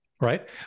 right